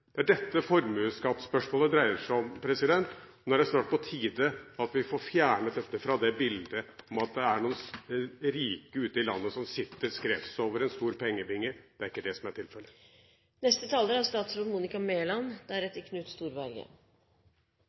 Det er dette spørsmålet om formuesskatt dreier seg om, og nå er det snart på tide at vi får fjernet det bildet at det er noen rike ute i landet som sitter skrevs over en stor pengebinge. Det er ikke det som er tilfellet. Jeg er